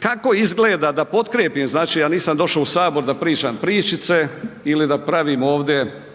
Kako izgleda da potkrijepim znači ja nisam došao u sabor da pričam pričice ili da pravim ovdje